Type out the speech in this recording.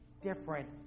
different